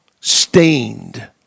stained